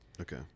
Okay